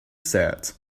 said